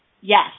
Yes